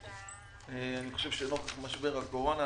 אני חושב שנוכח משבר הקורונה,